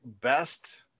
best